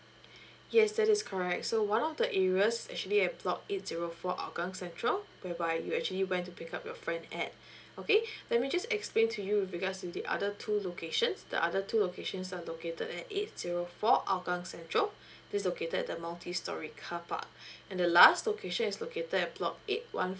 yes that is correct so one of the areas actually at block eight zero four hougang central whereby you actually went to pick up your friend at okay let me just explain to you regards to the other two locations the other two locations are located at eight zero four hougang central this located the multi storey carpark and the last location is located at block eight one